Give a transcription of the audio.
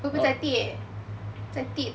会不会再跌在地